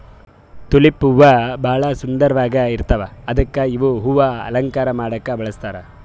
tulip ಹೂವಾ ಭಾಳ್ ಸುಂದರ್ವಾಗ್ ಇರ್ತವ್ ಅದಕ್ಕೆ ಇವ್ ಹೂವಾ ಅಲಂಕಾರ್ ಮಾಡಕ್ಕ್ ಬಳಸ್ತಾರ್